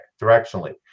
directionally